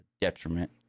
detriment